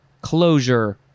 closure